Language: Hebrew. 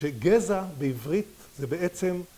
‫שגזע בעברית זה בעצם...